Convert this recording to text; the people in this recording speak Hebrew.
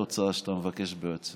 זאת התוצאה שאתה מבקש בעצם.